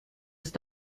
ist